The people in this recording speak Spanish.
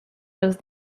los